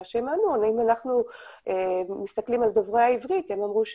אם אנחנו מסתכלים על דוברי העברית,